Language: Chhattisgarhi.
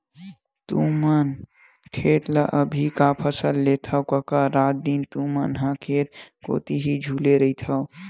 त तुमन खेत म अभी का का फसल लेथव कका रात दिन तुमन ह खेत कोती ही झुले रहिथव?